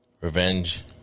Revenge